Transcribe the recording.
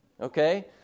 okay